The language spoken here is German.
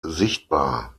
sichtbar